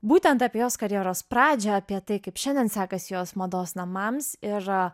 būtent apie jos karjeros pradžią apie tai kaip šiandien sekasi jos mados namams ir